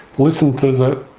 listen to the